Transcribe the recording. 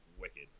wicked